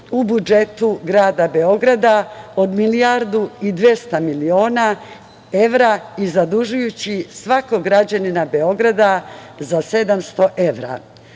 u budžetu grada Beograda od milijardu i 200 miliona evra i zadužujući svakog građanina Beograda za 700 evra. Šta